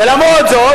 ולמרות זאת,